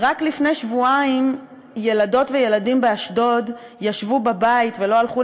רק לפני שבועיים ילדות וילדים באשדוד ישבו בבית ולא הלכו